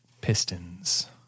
pistons